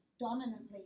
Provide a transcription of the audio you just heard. dominantly